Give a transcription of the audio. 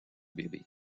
bébé